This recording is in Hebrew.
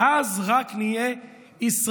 ואז רק נהיה ישראליים